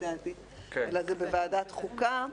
אלא בוועדת החוקה,